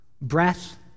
breath